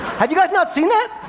have you guys not seen that?